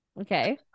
Okay